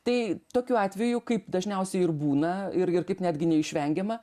tai tokiu atveju kaip dažniausiai ir būna ir ir taip netgi neišvengiame